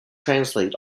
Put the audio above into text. translate